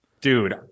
Dude